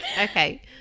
Okay